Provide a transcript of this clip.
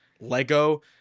Lego